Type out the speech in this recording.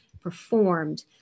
performed